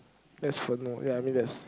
that's for no ya I mean that's